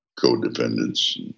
co-defendants